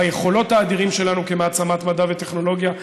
ביכולות האדירות שלנו כמעצמת מדע וטכנולוגיה.